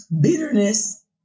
bitterness